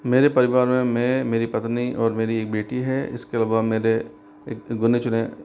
मेरे परिवार में मैं मेरी पत्नी और मेरी एक बेटी हैं इसके अलावा मेरे गिने चुने